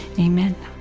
amen.